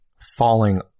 falling